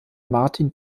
martin